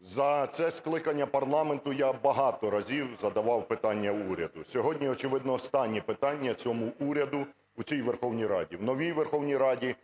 10:41:45 ЛЯШКО О.В. За це скликання парламенту я багато разів задавав питання уряду. Сьогодні, очевидно, останнє питання цьому уряду в цій Верховній Раді. В новій Верховній Раді